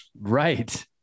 right